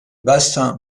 bassin